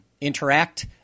interact